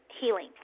healing